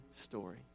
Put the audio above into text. story